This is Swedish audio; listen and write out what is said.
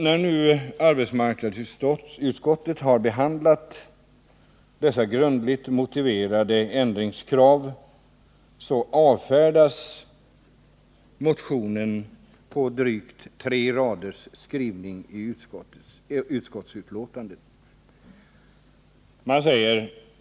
När arbetsmarknadsutskottet har behandlat dessa grundligt motiverade ändringskrav, så avfärdas vår motion med en skrivning i utskottsbetänkandet på drygt tre rader.